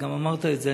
וגם אמרת את זה,